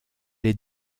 les